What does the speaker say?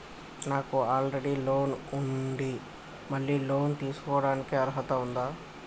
నాకు already loan ఉండి మళ్ళీ లోన్ తీసుకోవడానికి అర్హత ఉందా?